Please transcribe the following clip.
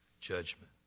judgment